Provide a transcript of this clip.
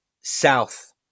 South